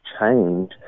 change